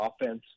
offense